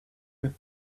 with